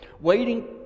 waiting